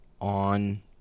on